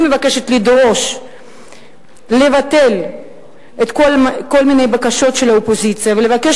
אני מבקשת לדרוש לבטל כל מיני בקשות של האופוזיציה ולבקש